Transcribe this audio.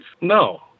No